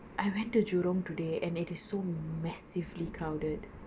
I went to jurong today and it is so massively crowded